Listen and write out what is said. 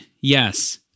Yes